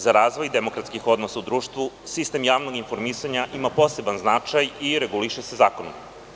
Za razvoj demokratskih odnosa u društvu sistem javnog informisanja ima poseban značaj i reguliše se zakonom.